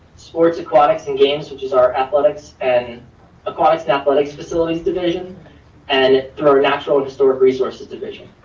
sports aquatics and games, which is our athletics and aquatics athletics facilities division and or natural and historic resources division.